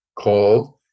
called